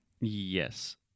Yes